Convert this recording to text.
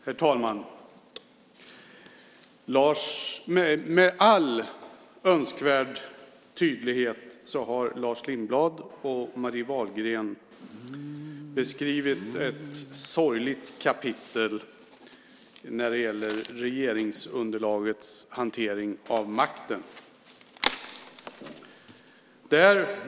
Herr talman! Med all önskvärd tydlighet har Lars Lindblad och Marie Wahlgren beskrivit ett sorgligt kapitel när det gäller regeringsunderlagets hantering av makten.